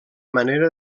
manera